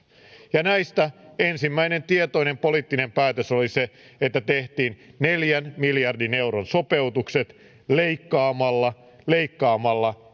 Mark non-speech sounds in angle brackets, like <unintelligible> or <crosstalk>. ja näistä ensimmäinen tietoinen poliittinen päätös oli se että tehtiin neljän miljardin euron sopeutukset leikkaamalla leikkaamalla <unintelligible>